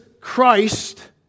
Christ